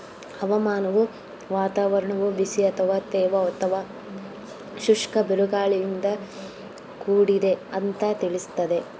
ಹವಾಮಾನವು ವಾತಾವರಣವು ಬಿಸಿ ಅಥವಾ ತೇವ ಅಥವಾ ಶುಷ್ಕ ಬಿರುಗಾಳಿಯಿಂದ ಕೂಡಿದೆ ಅಂತ ತಿಳಿಸ್ತದೆ